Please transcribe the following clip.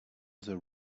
that